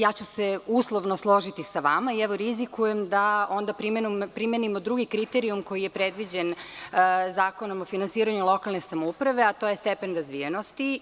Ja ću se uslovno složiti sa vama i, evo, rizikujem da onda primenimo drugi kriterijum koji je predviđen Zakonom o finansiranju lokalne samouprave, a to je stepen razvijenosti.